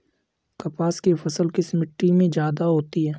कपास की फसल किस मिट्टी में ज्यादा होता है?